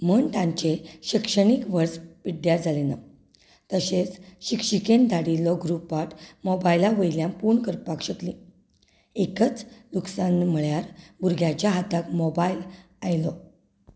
म्हूण तांचें शिक्षणीक वर्स पिड्ड्यार जालें ना तशेंच शिक्षिकेन धाडिल्लो गृहपाट मोबायला वयल्यान पळोवन करपाक शिकलीं एकच नुकसान म्हणल्यार भुरग्यांच्या हातांत मोबायल आयलो